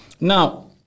now